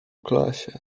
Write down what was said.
klasie